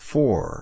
Four